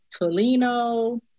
Tolino